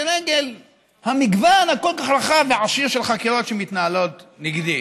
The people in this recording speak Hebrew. לרגל המגוון הכל-כך רחב ועשיר של חקירות שמתנהלות נגדי,